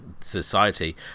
society